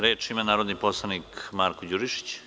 Reč ima narodni poslanik Marko Đurišić.